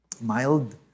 mild